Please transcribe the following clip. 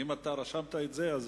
רשמתי את זה.